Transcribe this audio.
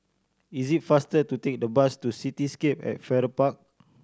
is it faster to take the bus to Cityscape at Farrer Park